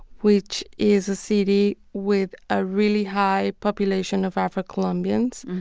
which is a city with a really high population of afro-colombians.